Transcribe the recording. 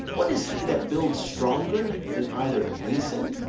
what is he that builds stronger than either the mason,